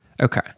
Okay